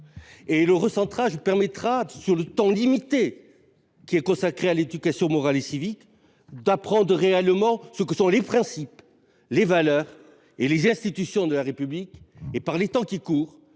! Le recentrage ici proposé permettra, sur le temps limité qui est consacré à cette éducation morale et civique, d’apprendre réellement ce que sont les principes, les valeurs et les institutions de la République. Si cet enseignement